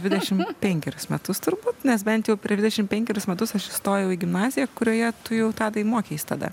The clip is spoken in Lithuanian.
dvidešim penkerius metus turbūt nes bent jau prie dvidešim penkerius metus aš įstojau į gimnaziją kurioje tu jau tadai mokeis tada